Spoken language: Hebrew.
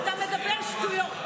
אתה מדבר שטויות.